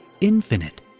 infinite